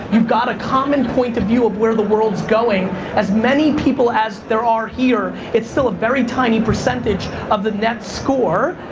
you've got a common point of view of where the world's going as many as people as there are here, it's still a very tiny percentage of the net score.